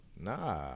Nah